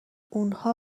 اونها